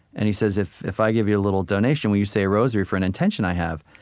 and he says, if if i give you a little donation, will you say a rosary for an intention i have?